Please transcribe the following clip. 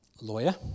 lawyer